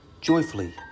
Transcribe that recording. Joyfully